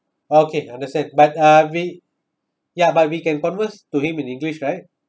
okay understand but uh we ya but we can converse to him in english right